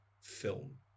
film